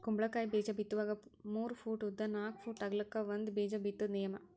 ಕುಂಬಳಕಾಯಿ ಬೇಜಾ ಬಿತ್ತುವಾಗ ಮೂರ ಪೂಟ್ ಉದ್ದ ನಾಕ್ ಪೂಟ್ ಅಗಲಕ್ಕ ಒಂದ ಬೇಜಾ ಬಿತ್ತುದ ನಿಯಮ